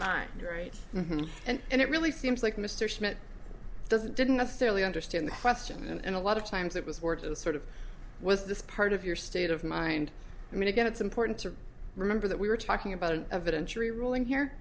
mind right and it really seems like mr smith doesn't didn't necessarily understand the question and a lot of times it was sort of sort of was this part of your state of mind i mean again it's important to remember that we were talking about an evidentiary ruling here